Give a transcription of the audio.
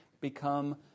become